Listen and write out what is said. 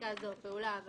על אף